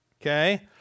okay